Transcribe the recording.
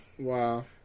Wow